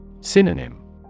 Synonym